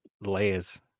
layers